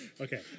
Okay